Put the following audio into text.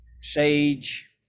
sage